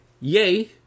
yay